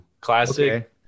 Classic